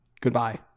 Goodbye